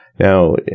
Now